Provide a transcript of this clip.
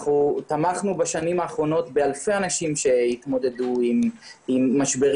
אנחנו תמכנו בשנים האחרונות באלפי אנשים שהתמודדו עם משברים